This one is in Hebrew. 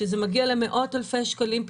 שבהם פיתוח קרקע מגיע למאות אלפי שקלים.